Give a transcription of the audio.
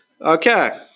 Okay